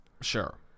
Sure